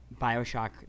Bioshock